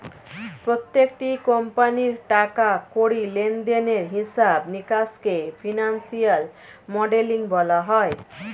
প্রত্যেকটি কোম্পানির টাকা কড়ি লেনদেনের হিসাব নিকাশকে ফিনান্সিয়াল মডেলিং বলা হয়